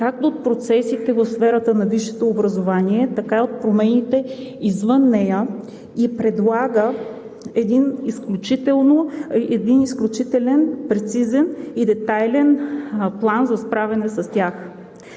както от процесите в сферата на висшето образование, така и от промените извън нея, и предлага един изключителен, прецизен и детайлен план за справяне с тях.